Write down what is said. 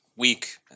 week